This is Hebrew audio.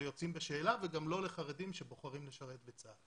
בשאלה וגם לא לחרדים שבוחרים לשרת בצה"ל.